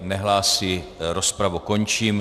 Nehlásí, rozpravu končím.